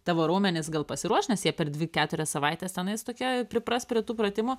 tavo raumenys gal pasiruoš nes jie per dvi keturias savaites tenais tokia pripras prie tų pratimų